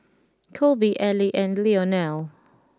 Kolby Elie and Leonel